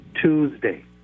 Tuesday